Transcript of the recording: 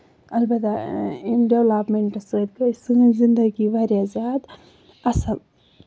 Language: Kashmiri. اَلبتہ أمہِ ڈیٚولَپمینٹ سۭتۍ گٔے سٲنۍ زِندگی واریاہ زیادٕ اَصٕل